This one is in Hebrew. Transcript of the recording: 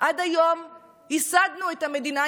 עד היום ייסדנו את המדינה,